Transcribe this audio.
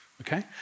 Okay